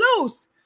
loose